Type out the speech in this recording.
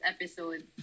episode